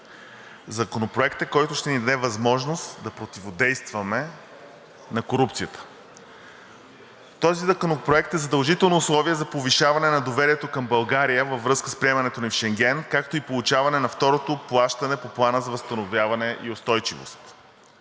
Законопроектът, който ще ни даде възможност да противодействаме на корупцията. Този законопроект е задължително условие за повишаване на доверието към България във връзка с приемането ни в Шенген, както и получаване на второто плащане по Плана за възстановяване и устойчивост.